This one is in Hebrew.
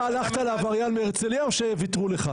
הלכת לעבריין מהרצליה או שוויתרו לך?